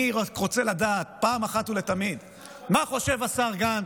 אני רק רוצה לדעת אחת ולתמיד מה חושב השר גנץ,